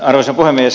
arvoisa puhemies